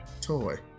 toy